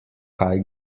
kaj